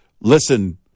listen